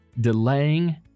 delaying